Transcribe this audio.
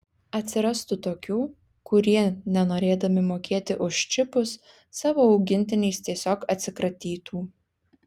atsirastų tokių kurie nenorėdami mokėti už čipus savo augintiniais tiesiog atsikratytų